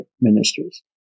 ministries